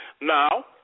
Now